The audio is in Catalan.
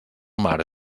mar